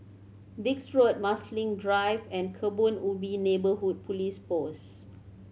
Dix Road Marsiling Drive and Kebun Ubi Neighbourhood Police Post